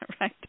right